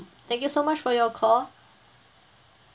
thank you so much for your call